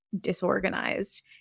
disorganized